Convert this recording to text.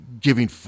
giving